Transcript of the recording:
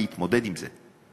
להתמודד עם זה.